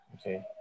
Okay